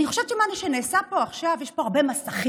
אני חושבת שמה שנעשה פה עכשיו יש פה הרבה מסכים.